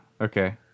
okay